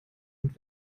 und